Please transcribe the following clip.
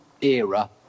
era